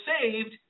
saved